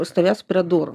stovės prie durų